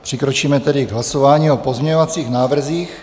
Přikročíme tedy k hlasování o pozměňovacích návrzích.